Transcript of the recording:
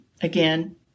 again